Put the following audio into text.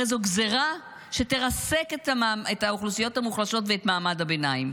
הרי זו גזרה שתרסק את האוכלוסיות המוחלשות ואת מעמד הביניים,